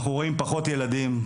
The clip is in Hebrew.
אנחנו רואים פחות ילדים,